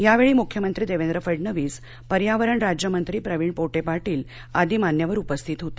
यावेळी मृख्यमंत्री देवेंद्र फडणवीस पर्यावरण राज्यमंत्री प्रवीण पोटे पाटील आदी मान्यवर उपस्थित होते